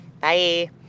Bye